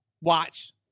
Watch